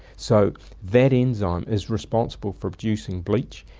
so that enzyme is responsible for producing bleach,